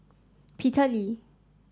Peter Lee